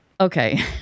Okay